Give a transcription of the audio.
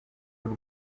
w’u